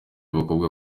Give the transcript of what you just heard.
bakobwa